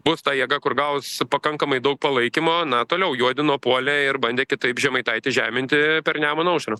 bus ta jėga kur gaus pakankamai daug palaikymo na toliau juodino puolė ir bandė kitaip žemaitaitį žeminti per nemuną aušrą